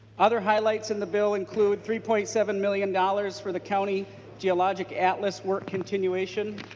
other highlights in the bill include three point seven million dollars for the county geologic atlas were continuation.